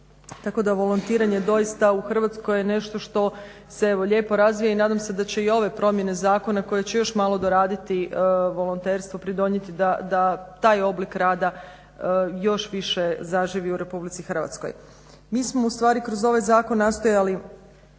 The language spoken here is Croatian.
tako da volontiranje doista u Hrvatskoj je nešto što se lijepo razvija i nadam se da će i ove promjene zakona koje će još malo doraditi, volonterstvu pridonijeti da taj oblik rada još više zaživi u Republici Hrvatskoj. Mi smo ustvari kroz ovaj zakon nastojali